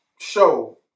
show